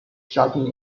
shutting